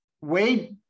Wade